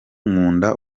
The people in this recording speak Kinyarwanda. nkunda